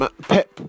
Pep